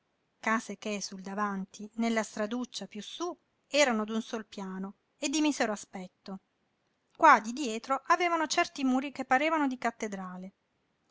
case case che sul davanti nella straduccia piú sú erano d'un sol piano e di misero aspetto qua di dietro avevano certi muri che parevano di cattedrale